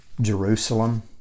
Jerusalem